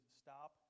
stop